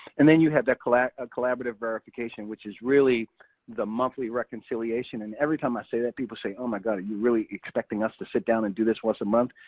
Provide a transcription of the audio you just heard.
and then you have that collaborative collaborative verification which is really the monthly reconciliation. and every time i say that people say, oh my god, are you really expecting us to sit down and do this once a month?